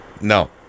No